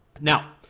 Now